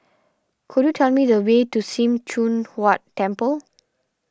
could you tell me the way to Sim Choon Huat Temple